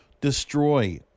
destroy